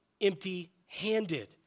Empty-handed